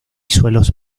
suelos